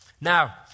Now